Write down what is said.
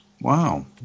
Wow